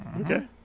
Okay